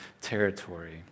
territory